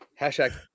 hashtag